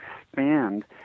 expand